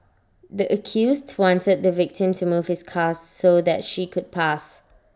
the accused wanted the victim to move his car so that she could pass